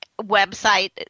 website